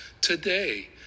today